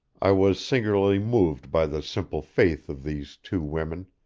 i was singularly moved by the simple faith of these two women,